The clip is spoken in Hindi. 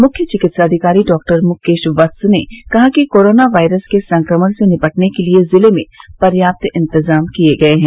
मुख्य चिकित्साधिकारी डॉक्टर मुकेश वत्स ने कहा कि कोरोना वायरस के संक्रमण के निपटने के लिए जिले में पर्याप्त इंतजाम किए गए हैं